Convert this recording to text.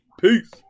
Peace